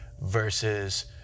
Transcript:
versus